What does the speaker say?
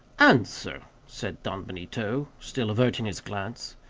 answer, said don benito, still averting his glance,